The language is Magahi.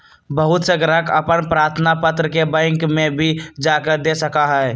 बहुत से ग्राहक अपन प्रार्थना पत्र के बैंक में भी जाकर दे सका हई